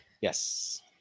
Yes